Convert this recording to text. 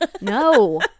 No